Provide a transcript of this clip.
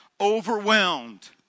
overwhelmed